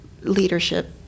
leadership